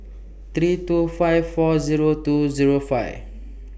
three two five four Zero two Zero five